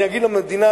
אני אגיד למדינה,